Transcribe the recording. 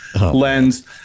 lens